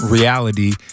Reality